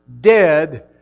dead